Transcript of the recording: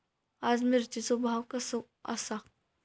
आज मिरचेचो भाव कसो आसा?